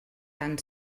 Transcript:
tan